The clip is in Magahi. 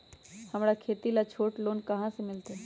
हमरा खेती ला छोटा लोने कहाँ से मिलतै?